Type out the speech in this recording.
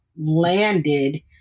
landed